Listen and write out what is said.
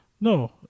no